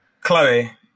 Chloe